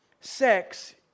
Sex